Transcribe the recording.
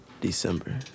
December